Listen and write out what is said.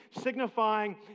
signifying